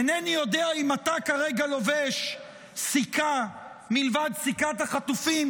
אינני יודע אם אתה כרגע לובש סיכה מלבד סיכת החטופים,